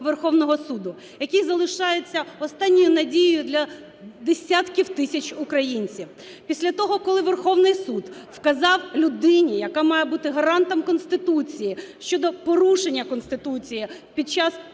Верховного Суду, який залишається останньою надією для десятків тисяч українців. Після того, коли Верховний Суд вказав людині, яка має бути гарантом Конституції, щодо порушення Конституції під час